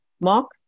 Mark